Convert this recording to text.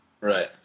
Right